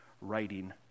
writing